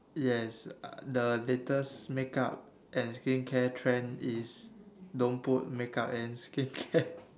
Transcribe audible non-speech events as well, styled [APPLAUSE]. yes the latest make up and skin care trend is don't put make up and skin care [LAUGHS]